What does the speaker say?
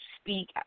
speak